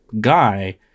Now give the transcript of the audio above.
guy